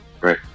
Right